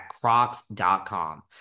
crocs.com